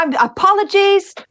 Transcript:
Apologies